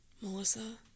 Melissa